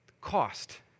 Cost